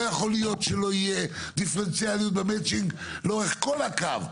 לא יכול להיות שלא תהיה דיפרנציאליות במצ'ינג לאורך כל הקו,